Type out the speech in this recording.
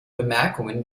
bemerkungen